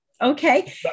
Okay